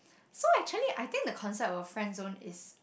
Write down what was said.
so actually I think the concept of friendzone is